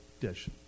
dish